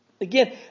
Again